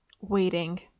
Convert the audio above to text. waiting